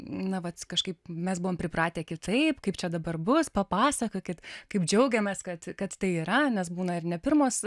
na vat kažkaip mes buvom pripratę kitaip kaip čia dabar bus papasakokit kaip džiaugiamės kad kad tai yra nes būna ir ne pirmos